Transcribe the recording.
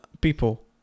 people